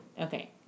Okay